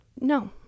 No